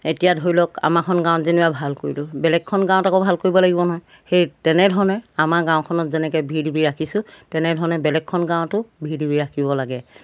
এতিয়া ধৰি লওক আমাৰখন গাঁৱত যেনিবা ভাল কৰিলোঁ বেলেগখন গাঁৱত আকৌ ভাল কৰিব লাগিব নহয় সেই তেনেধৰণে আমাৰ গাঁওখনত যেনেকৈ ভি ডি বি ৰাখিছোঁ তেনেধৰণে বেলেগখন গাঁৱতো ভি ডি বি ৰাখিব লাগে